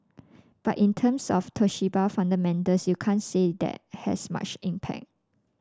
but in terms of Toshiba fundamentals you can't say that has much impact